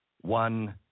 one